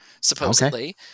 supposedly